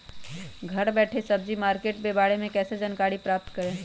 घर बैठे सब्जी मार्केट के बारे में कैसे जानकारी प्राप्त करें?